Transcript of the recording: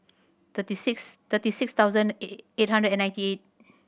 thirty six thirty six thousand eight eight hundred and ninety eight